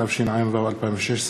התשע"ו 2016,